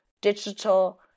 digital